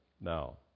now